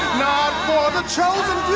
for the chosen